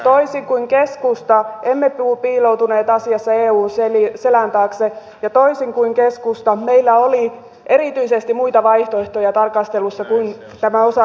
toisin kuin keskusta emme piiloutuneet asiassa eun selän taakse ja toisin kuin keskustalla meillä oli erityisesti muita vaihtoehtoja tarkastelussa kuin tämä osakeyhtiöittäminen